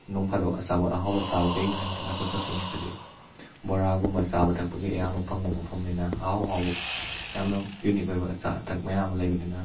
ꯅꯣꯡ ꯐꯥꯗꯣꯛ ꯑꯆꯥꯄꯣꯠ ꯑꯍꯥꯎꯕ ꯆꯥꯕ ꯀꯩꯒꯤꯅꯣ ꯍꯥꯏꯕ ꯃꯇꯝꯗ ꯑꯩꯈꯣꯏ ꯀꯛꯆꯤꯡ ꯁꯤꯗꯗꯤ ꯕꯣꯔꯥꯒꯨꯝꯕ ꯆꯥꯕ ꯊꯛꯄꯒꯤ ꯑꯌꯥꯝꯕ ꯐꯪꯕ ꯃꯐꯝꯅꯤꯅ ꯑꯍꯥꯎ ꯑꯍꯥꯎꯕ ꯌꯥꯝꯅ ꯌꯨꯅꯤꯛ ꯑꯣꯏꯕ ꯑꯆꯥ ꯑꯊꯛ ꯃꯌꯥꯝ ꯑꯃ ꯂꯩꯕꯅꯤꯅ